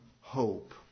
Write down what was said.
hope